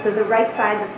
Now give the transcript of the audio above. ah the right side